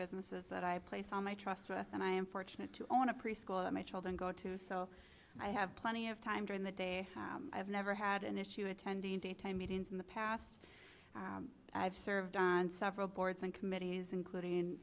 businesses that i place on my trust and i am fortunate to own a preschool that my children go to so i have plenty of time during the day i have never had an issue attending daytime meetings in the past i've served on several boards and committees including